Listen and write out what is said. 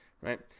right